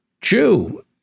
Jew